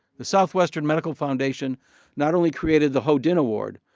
the southwestern medical foundation not only created the ho din award,